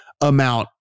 amount